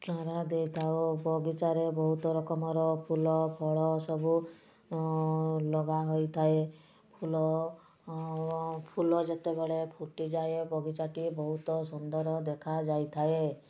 ଚାରା ଦେଇଥାଉ ଓ ବଗିଚାରେ ବହୁତ ରକମର ଫୁଲ ଫଳ ସବୁ ଲଗା ହୋଇଥାଏ ଫୁଲ ଫୁଲ ଯେତେବେଳେ ଫୁଟିଯାଏ ବଗିଚାଟିଏ ବହୁତ ସୁନ୍ଦର ଦେଖାଯାଇଥାଏ